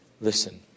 listen